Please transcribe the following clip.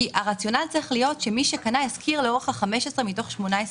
הרציונל צריך להיות שמי שקנה ישכיר לאורך 15 שנים מתוך 18 שנים.